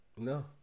No